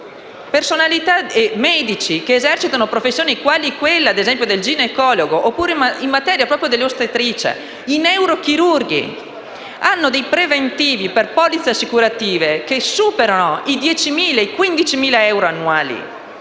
signori, che medici che esercitano professioni quali quella del ginecologo (in materia proprio di ostetricia) o del neurochirurgo hanno dei preventivi per polizze assicurative che superano i 10.000 o i 15.000 euro annuali.